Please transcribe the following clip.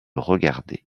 regarder